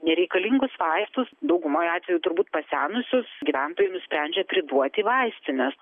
nereikalingus vaistus daugumoj atvejų turbūt pasenusius gyventojai nusprendžia priduot į vaistines